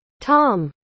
tom